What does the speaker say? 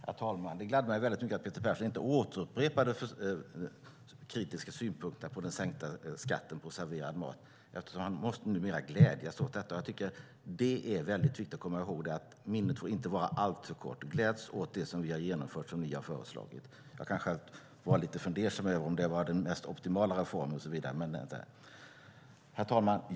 Herr talman! Det gladde mig mycket att Peter Persson inte upprepade de kritiska synpunkterna på den sänkta skatten på serverad mat. Jag tror att han numera måste glädjas åt detta. Det är viktigt att komma ihåg att minnet inte får vara alltför kort. Gläds åt det som vi har genomfört och som ni har föreslagit. Jag kan själv vara lite fundersam över om det var den mest optimala reformen och så vidare. Herr talman!